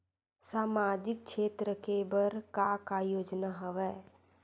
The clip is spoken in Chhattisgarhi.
सामाजिक क्षेत्र के बर का का योजना हवय?